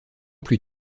plus